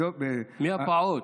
מי הפעוט?